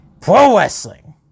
Pro-wrestling